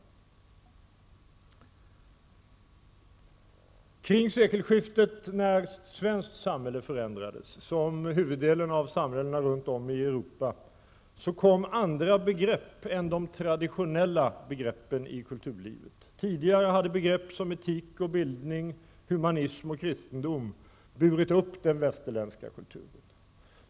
Kring sekelskiftet då svenskt samhälle förändrades, som huvuddelen av samhällena i Europa, kom andra begrepp än de traditionella begreppen i kulturlivet. Tidigare hade begrepp som etik, bildning, humanism och kristendom burit upp den västerländska kulturen.